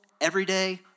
everyday